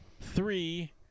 three